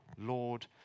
Lord